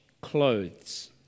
clothes